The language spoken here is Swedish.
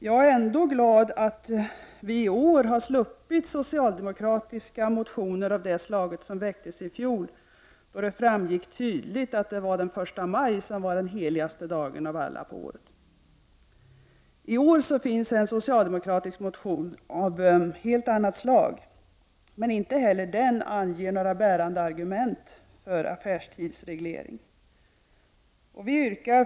Jag är ändå glad att vi i år har sluppit socialdemokratiska motioner av det slag som väcktes i fjol. Då framgick det tydligt att det var den 1 maj som var den heligaste dagen på året. I år finns en socialdemokratisk motion av helt annat slag, men inte heller den anger några bärande argument för affärstidsreglering.